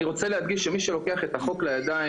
אני רוצה להדגיש שמי שלוקח את החוק לידיים,